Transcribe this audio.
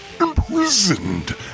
imprisoned